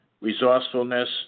resourcefulness